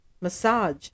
Massage